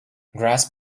grasp